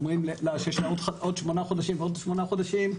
כשאומרים להם שיש להם עוד שמונה חודשים ועוד שמונה חודשים,